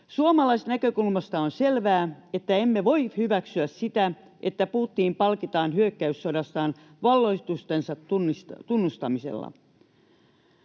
Suomalaisnäkökulmasta on selvää, että emme voi hyväksyä sitä, että Putin palkitaan hyökkäyssodastaan valloitustensa tunnustamisella.